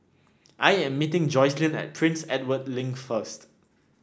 I am meeting Jocelynn at Prince Edward Link first